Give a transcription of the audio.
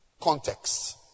context